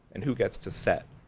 and who gets to set,